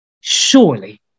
surely